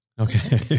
Okay